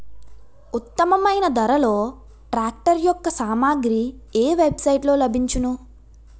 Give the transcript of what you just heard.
ఉత్తమమైన ధరలో ట్రాక్టర్ యెక్క సామాగ్రి ఏ వెబ్ సైట్ లో లభించును?